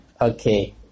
okay